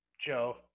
Joe